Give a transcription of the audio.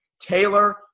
Taylor